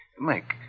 Mike